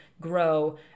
grow